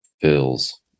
Fills